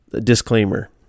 disclaimer